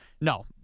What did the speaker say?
no